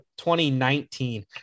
2019